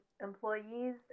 employees